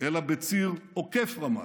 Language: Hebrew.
אלא בציר עוקף רמאללה.